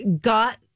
got